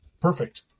perfect